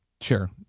Sure